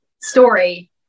story